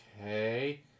okay